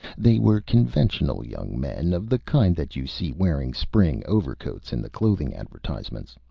they were conventional young men, of the kind that you see wearing spring overcoats in the clothing advertisements.